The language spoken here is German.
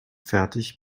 fertig